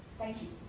thank you,